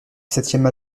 septième